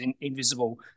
invisible